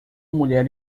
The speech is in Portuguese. mulher